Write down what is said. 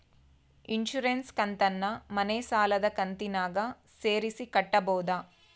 Insurance ಕಂತನ್ನ ಮನೆ ಸಾಲದ ಕಂತಿನಾಗ ಸೇರಿಸಿ ಕಟ್ಟಬೋದ?